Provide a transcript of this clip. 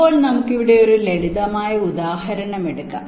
ഇപ്പോൾ നമുക്ക് ഇവിടെ ഒരു ലളിതമായ ഉദാഹരണം എടുക്കാം